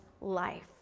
life